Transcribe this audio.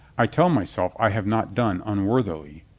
i tell myself i have not done un worthily.